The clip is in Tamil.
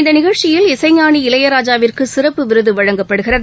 இந்தநிகழ்ச்சியில் இசைஞானி இளையராஜவிற்குசிறப்பு விருதுவழங்கப்படுகிறது